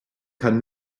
kann